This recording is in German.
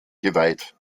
geweiht